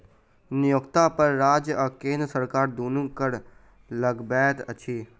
नियोक्ता पर राज्य आ केंद्र सरकार दुनू कर लगबैत अछि